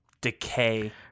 decay